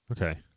Okay